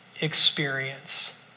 experience